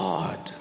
God